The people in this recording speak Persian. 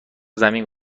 زمین